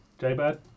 J-Bird